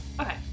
Okay